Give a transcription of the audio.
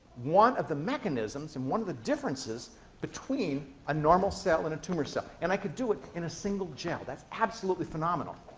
one of the mechanisms and one of the differences between a normal cell and a tumor cell. and i could do it in a single gel. that's absolutely phenomenal!